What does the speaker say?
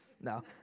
No